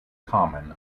common